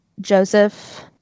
Joseph